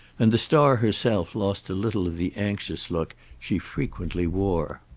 and the star herself lost a little of the anxious look she frequently wore.